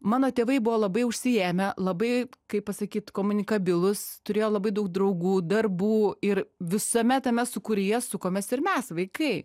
mano tėvai buvo labai užsiėmę labai kaip pasakyt komunikabilūs turėjo labai daug draugų darbų ir visame tame sūkuryje sukomės ir mes vaikai